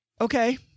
okay